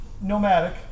Nomadic